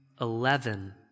eleven